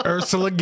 Ursula